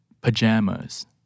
pajamas